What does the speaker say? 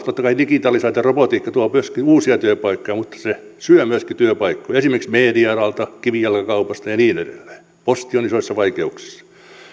totta kai digitalisaatio ja robotiikka tuovat myöskin uusia työpaikkoja mutta ne myöskin syövät työpaikkoja esimerkiksi media alalta kivijalkakaupasta ja niin edelleen posti on isoissa vaikeuksissa